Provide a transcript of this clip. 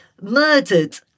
murdered